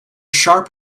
sharp